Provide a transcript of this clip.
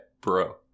bro